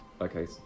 Okay